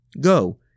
Go